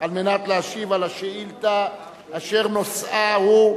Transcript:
כדי להשיב על השאילתא שנושאה הוא: